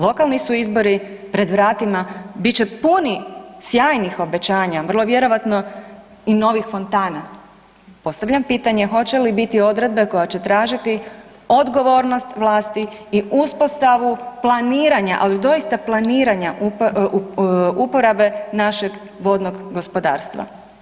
Lokalni su izbori pred vratima bit će puni sjajnih obećanja, vrlo vjerojatno i novih fontana, postavljam pitanje hoće li biti odredbe koja će tražiti odgovornost vlasti i uspostavu planiranja, ali doista planiranja uporabe našeg vodnog gospodarstva.